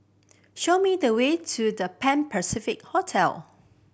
show me the way to The Pan Pacific Hotel